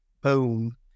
boom